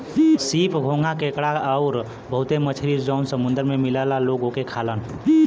सीप, घोंघा केकड़ा आउर बहुते मछरी जौन समुंदर में मिलला लोग ओके खालन